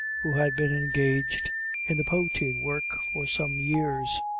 who had been engaged in the poteen work for some years.